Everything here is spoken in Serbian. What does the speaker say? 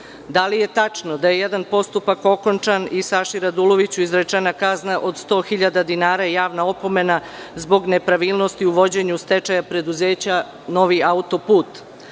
Da li je tačno da je jedan postupak okončan i Saši Raduloviću izrečena kazna od 100.000 dinara i javna opomena zbog nepravilnosti u vođenju stečaja preduzeća „Novi autoput“?